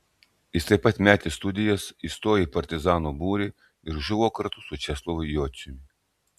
jis taip pat metė studijas įstojo į partizanų būrį ir žuvo kartu su česlovu jociumi